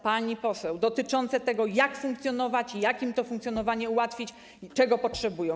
Pani poseł... ...dotyczące tego, jak funkcjonować, jak im to funkcjonowanie ułatwić i czego potrzebują.